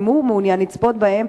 אם הוא מעוניין לצפות בהם.